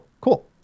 cool